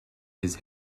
his